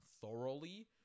thoroughly